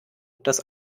das